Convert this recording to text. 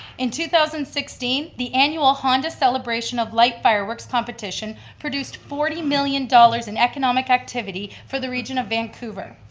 in two thousand and sixteen, the annual honda celebration of light fireworks competition produced forty million dollars in economic activity for the region of vancouver.